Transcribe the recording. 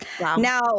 now